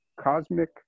cosmic